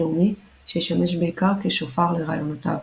לאומי שישמש בעיקר כשופר לרעיונותו.